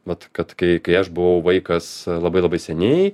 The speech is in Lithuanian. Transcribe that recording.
vat kad kai kai aš buvau vaikas labai labai seniai